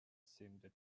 seemed